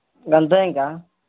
యంతే ఇంకా